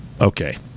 Okay